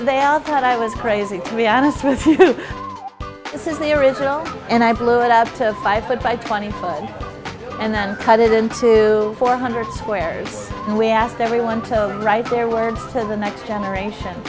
they all thought i was crazy to be honest truth this is the original and i blew it up to five foot by twenty foot and then cut it into four hundred squares and we asked everyone to write their words to the next generation